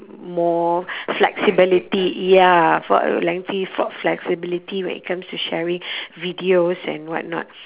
more flexibility ya for lengthy flo~ flexibility when it comes to sharing videos and whatnot